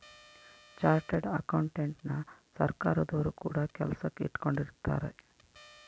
chartered ಅಕೌಂಟೆಂಟನ ಸರ್ಕಾರದೊರು ಕೂಡ ಕೆಲಸಕ್ ಇಟ್ಕೊಂಡಿರುತ್ತಾರೆ